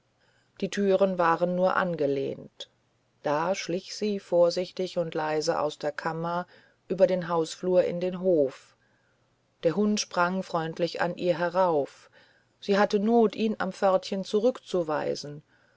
die türen waren nur angelehnt da schlich sie vorsichtig und leise aus der kammer über den hausflur in den hof der hund sprang freundlich an ihr herauf sie hatte not ihn am pförtchen zurückzuweisen